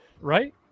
Right